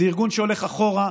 זה ארגון שהולך אחורה,